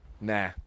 Nah